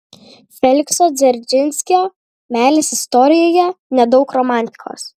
felikso dzeržinskio meilės istorijoje nedaug romantikos